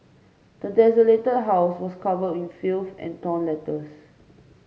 the desolated house was covered in filth and torn letters